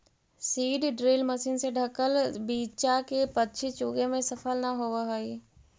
seed drill machine से ढँकल बीचा के पक्षी चुगे में सफल न होवऽ हई